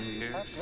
years